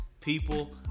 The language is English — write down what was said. people